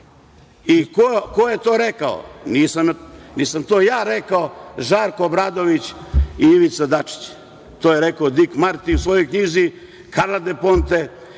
je to rekao? Nisam to ja rekao, Žarko Obradović i Ivica Dačić. To je rekao Dik Marti u svojoj knjizi, Karla del Ponte